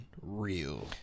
real